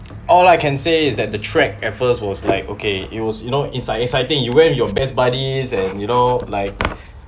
all I can say is that the track at first was like okay it was you know is I is I think you went with your best buddies and you know like